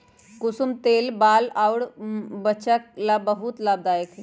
कुसुम तेल बाल अउर वचा ला बहुते लाभदायक हई